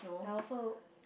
I also